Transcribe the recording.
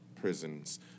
prisons